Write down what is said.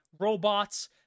robots